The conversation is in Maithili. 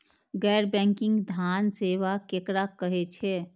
गैर बैंकिंग धान सेवा केकरा कहे छे?